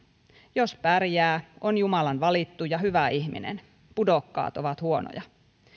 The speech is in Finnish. jos pärjää on jumalan valittu ja hyvä ihminen pudokkaat ovat huonoja